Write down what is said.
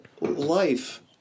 life